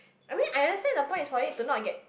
I mean I understand the point is for it to not get